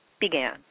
began